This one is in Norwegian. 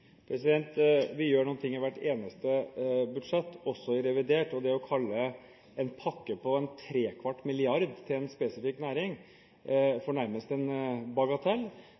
Vi gjør noe i hvert eneste budsjett, også i revidert nasjonalbudsjett. Det å kalle en pakke på ¾ mrd. kr til en spesifikk næring nærmest for en bagatell,